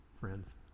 friends